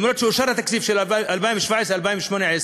אף-על-פי שאושר התקציב של 2017 2018,